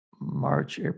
March